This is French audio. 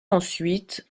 ensuite